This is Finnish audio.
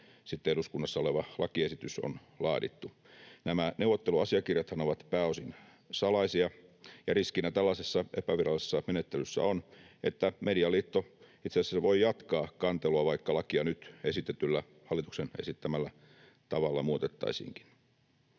eduskunnassa oleva lakiesitys on laadittu. Nämä neuvotteluasiakirjathan ovat pääosin salaisia, ja riskinä tällaisessa epävirallisessa menettelyssä on, että Medialiitto itse asiassa voi jatkaa kantelua, vaikka lakia nyt hallituksen esittämällä tavalla muutettaisiinkin.